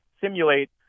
simulate